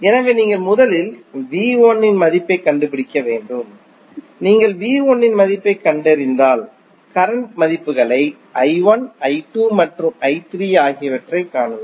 எனவே நீங்கள் முதலில் இன் மதிப்பைக் கண்டுபிடிக்க வேண்டும் நீங்கள் இன் மதிப்பைக் கண்டறிந்தால் கரண்ட் மதிப்புகளை மற்றும் ஆகியவற்றைக் காணலாம்